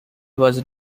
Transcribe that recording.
was